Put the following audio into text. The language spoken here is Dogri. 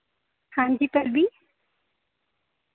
हांजी भाभी